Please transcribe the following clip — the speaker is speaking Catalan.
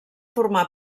formà